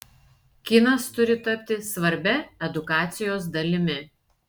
kinas turi tapti svarbia edukacijos dalimi